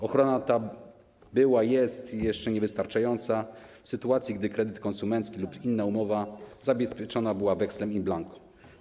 Ochrona ta była i jest jeszcze niewystarczająca w sytuacji, gdy kredyt konsumencki lub inna umowa zabezpieczone były wekslem in blanco.